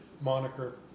moniker